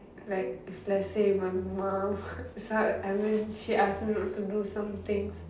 like if let's say my mom start I mean she ask me not to do somethings